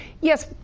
yes